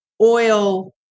oil